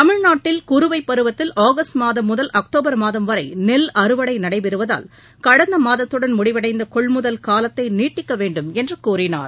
தமிழ்நாட்டில் குறுவைப் பருவத்தில் ஆகஸ்ட் மாதம் முதல் அக்டோபர் மாதம் வரை நெல் அறுவடை நடைபெறுவதால் கடந்த மாதத்துடன் முடிவடைந்த கொள்முதல் காலத்தை நீட்டிக்க வேண்டுமென்று கூறினார்